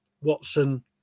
Watson